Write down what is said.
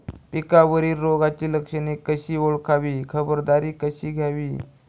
पिकावरील रोगाची लक्षणे कशी ओळखावी, खबरदारी कशी घ्यावी?